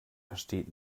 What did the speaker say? versteht